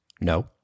No